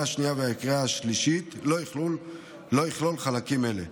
שנייה ולקריאה השלישית לא יכלול חלקים אלה.